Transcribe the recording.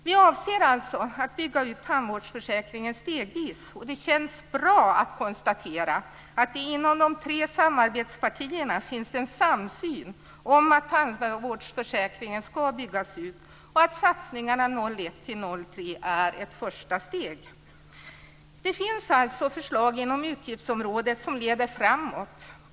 Vi avser alltså att bygga ut tandvårdsförsäkringen stegvis, och det känns bra att konstatera att det inom de tre samarbetspartierna finns en samsyn om att tandvårdsförsäkringen ska byggas ut och att satsningarna under 2001-2003 är ett första steg. Det finns alltså förslag inom utgiftsområdet som leder framåt.